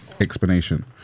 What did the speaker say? explanation